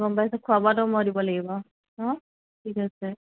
গম পাইছোঁ খোৱা বোৱাটো মই দিব লাগিব ন ঠিক আছে